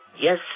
Yes